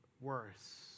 worse